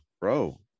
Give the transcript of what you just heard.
bro